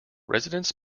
residents